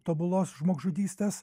tobulos žmogžudystės